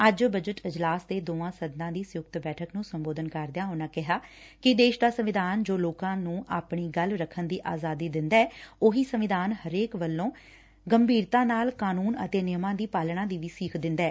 ਅੱਜ ਬਜਟ ਇਜਲਾਸ ਦੇ ਦੋਨਾਂ ਸਦਨਾਂ ਦੀ ਸੰਯੁਕਤ ਬੈਠਕ ਨੂੰ ਸੰਬੋਧਨ ਕਰਦਿਆਂ ਉਨੂਂ ਕਿਹਾ ਕਿ ਦੇਸ਼ ਦਾ ਸੰਵਿਧਾਨ ਜੋ ਲੋਕਾ ਨੂੰ ਆਪਣੀ ਗੱਲ ਰੱਖਣ ਦੀ ਆਜ਼ਾਦੀ ਦਿੰਦੈ ਉਹੀ ਸੰਵਿਧਾਨ ਹਰੇਕ ਵੱਲੋ ਗੰਭੀਰਤਾ ਨਾਲ ਕਾਨੂੰਨ ਅਤੇ ਨਿਯਮਾਂ ਦੀ ਪਾਲਣਾ ਦੀ ਸੀਖ ਵੀ ਦਿੰਦਾ ਏ